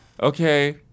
okay